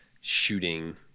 shooting